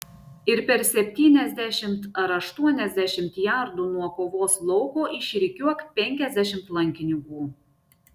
ir per septyniasdešimt ar aštuoniasdešimt jardų nuo kovos lauko išrikiuok penkiasdešimt lankininkų